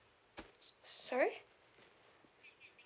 sorry